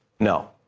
no.